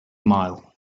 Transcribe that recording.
mile